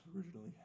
originally